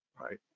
right